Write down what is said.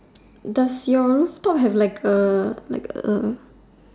does your store have like a like A